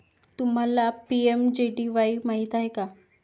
तुम्हाला पी.एम.जे.डी.वाई माहित आहे का?